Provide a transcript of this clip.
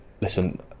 listen